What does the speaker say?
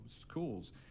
schools